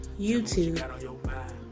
YouTube